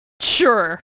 Sure